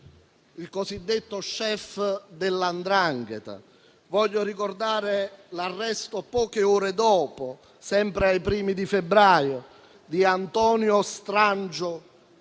il cosiddetto *chef* della 'ndrangheta, e l'arresto, poche ore dopo, sempre nei primi di febbraio, di Antonio Strangio